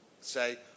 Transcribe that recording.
say